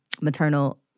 maternal